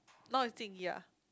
now is Jing-Yi ah